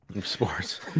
sports